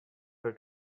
her